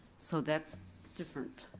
so that's different.